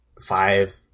five